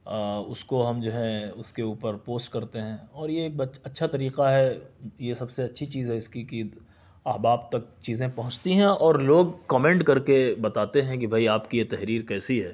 اس کو ہم جو ہے اس کے اوپر پوسٹ کرتے ہیں اور یہ اچھا طریقہ ہے یہ سب سے اچھی چیز ہے اس کی احباب تک چیزیں پہنچتی ہیں اور لوگ کمینٹ کر کے بتاتے ہیں کہ بھائی آپ کی یہ تحریر کیسی ہے